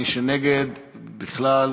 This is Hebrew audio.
מי שנגד בכלל,